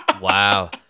Wow